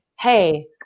Hey